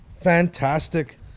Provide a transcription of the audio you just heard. fantastic